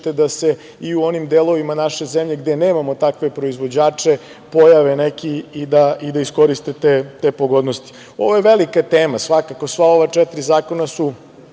da se i u onim delovima naše zemlje gde nemamo takve proizvođače pojave neki i da iskoriste te pogodnosti. Ovo je velika tema svakako, a ova sva četiri zakona su